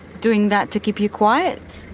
doing that to keep you quiet?